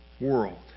world